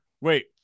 wait